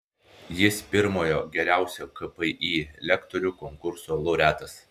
jis pirmojo geriausio kpi lektorių konkurso laureatas